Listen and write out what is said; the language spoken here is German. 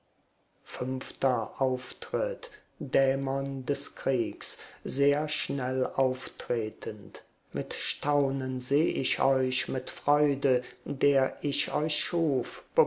fünfter auftritt dämon des kriegs sehr schnell auftretend mit staunen seh ich euch mit freude der ich euch